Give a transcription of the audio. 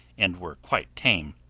and were quite tame.